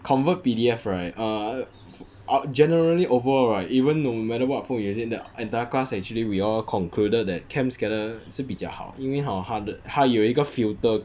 convert P_D_F right err generally overall right even no matter what font you using the entire class actually we all concluded that cam scanner 是比较好因为 hor 它的它有一个 filter